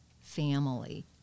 family